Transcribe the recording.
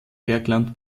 bergland